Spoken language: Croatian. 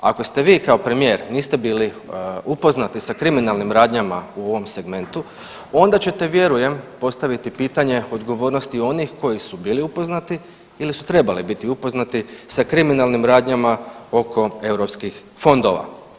Ako ste vi kao premijer niste bili upoznati sa kriminalnim radnjama u ovom segmentu onda ćete vjerujem postaviti pitanje odgovornosti onih koji su bili upoznati ili su trebali biti upoznati sa kriminalnim radnjama oko europskih fondova.